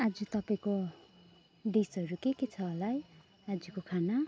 आज तपाईँको डिसहरू के के छ होला है आजको खाना